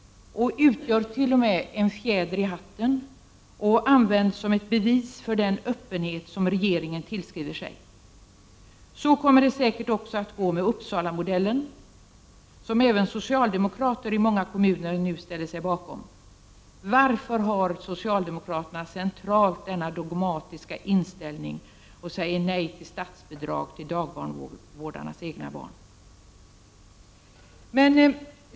De ses t.o.m. som en fjäder i hatten och används som ett bevis för den öppenhet som regeringen tillskriver sig. Så kommer det säkert också att gå med Uppsala-modellen, som även socialdemokrater i många kommuner nu ställer sig bakom. Varför har socialdemokraterna på centralt plan denna dogmatiska inställning och säger nej till statsbidrag till dagbarnvårdarnas egna barn?